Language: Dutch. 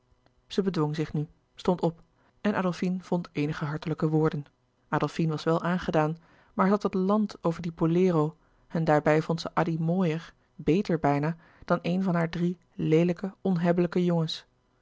zij bedwong zich nu stond op en adolfine vond eenige hartelijke woorden adolfine was wel aangedaan maar zij had het land over dien bolero en daarbij vond zij addy mooier beter bijna dan eén van haar drie leelijke onhebbelijke jongens